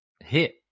hit